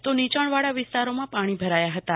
તો નીચાણવાળા વિસ્તારોમાં પાણી ભરાયાં હતાં